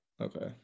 Okay